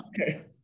okay